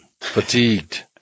fatigued